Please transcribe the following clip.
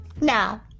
now